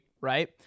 right